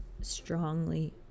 strongly